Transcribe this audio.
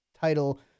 title